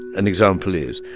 an example is,